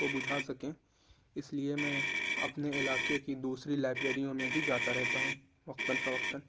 کو بجھا سکیں اس لیے میں اپنے علاقے کی دوسری لائبریریوں میں بھی جاتا رہتا ہوں وقتاََ فوقتاََ